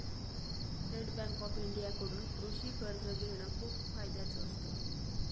state Bank of India कडून कृषि कर्ज घेण खूप फायद्याच असत